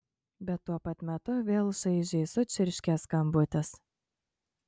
bet tuo pat metu vėl šaižiai sučirškė skambutis